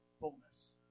fullness